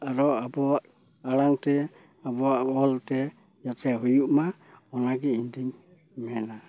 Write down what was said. ᱨᱚᱲ ᱟᱵᱚᱣᱟᱜ ᱟᱲᱟᱝᱛᱮ ᱟᱵᱚᱣᱟᱜ ᱚᱞᱛᱮ ᱡᱟᱛᱷᱮ ᱦᱩᱭᱩᱜ ᱢᱟ ᱚᱱᱟᱜᱮ ᱤᱧᱫᱚᱧ ᱢᱮᱱᱟ